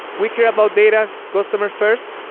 we care about data, customer first,